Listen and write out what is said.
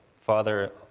father